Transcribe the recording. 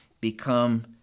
become